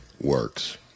works